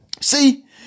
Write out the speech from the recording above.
See